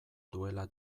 duela